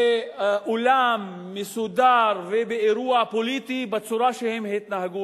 באולם מסודר ובאירוע פוליטי, בצורה שהם התנהגו,